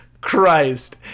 christ